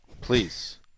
please